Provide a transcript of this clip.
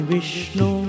Vishnu